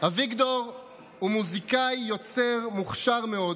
אביגדור הוא מוזיקאי, יוצר מוכשר מאוד,